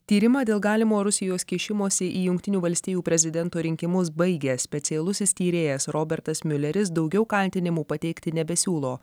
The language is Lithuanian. tyrimą dėl galimo rusijos kišimosi į jungtinių valstijų prezidento rinkimus baigia specialusis tyrėjas robertas miuleris daugiau kaltinimų pateikti nebesiūlo